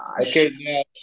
Okay